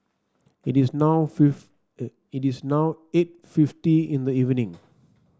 it is now it is now eight fifty in the evening